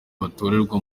batorerwa